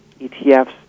ETFs